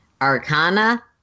Arcana